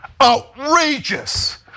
Outrageous